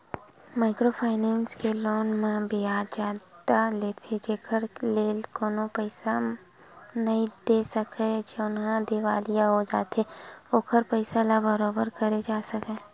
micro finance के loan म बियाज जादा लेथे जेखर ले कोनो पइसा नइ दे सकय जउनहा दिवालिया हो जाथे ओखर पइसा ल बरोबर करे जा सकय